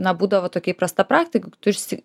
na būdavo tokia įprasta praktika tu išsi